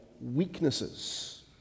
weaknesses